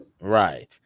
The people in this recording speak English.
Right